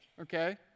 okay